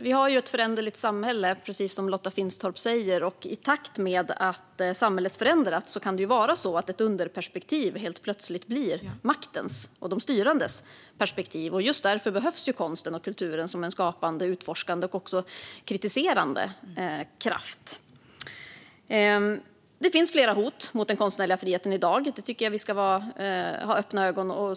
Vi har ett föränderligt samhälle, precis som Lotta Finstorp säger. I takt med att samhället förändras kan det vara så att ett underperspektiv helt plötsligt blir maktens och de styrandes perspektiv. Just därför behövs konsten och kulturen som en skapande, utforskande och kritiserande kraft. Det finns flera hot mot den konstnärliga friheten i dag. Detta tycker jag att vi ska se på med öppna ögon.